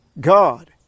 God